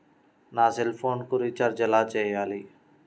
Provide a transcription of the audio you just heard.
నా సెల్ఫోన్కు రీచార్జ్ ఎలా చేయాలి?